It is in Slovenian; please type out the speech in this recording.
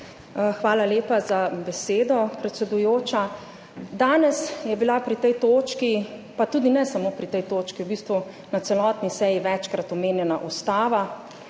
Hvala lepa za besedo, predsedujoča. Danes je bila pri tej točki, pa tudi ne samo pri tej točki, v bistvu na celotni seji, večkrat omenjena Ustava,